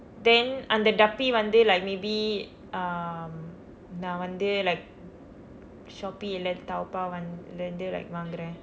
then அந்த டப்பி வந்து:antha dappi vanthu like maybe um நான் வந்து:naan vanthu like Shopee இல்லனா:illanaa Taobao வந்து இல் இருந்து வாங்குறேன்:vanthu il irunthu vanguraen